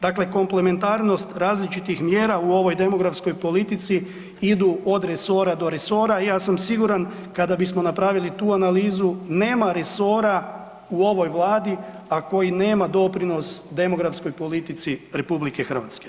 Dakle, komplementarnost različitih mjera u ovoj demografskoj politici idu od resora do resora i ja sam siguran kada bismo napravili tu analizu nema resora u ovoj Vladi, a koji nema doprinos demografskoj politici RH.